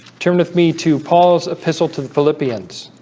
term enough me to paul's epistle to the philippians